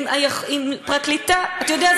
אתה יודע,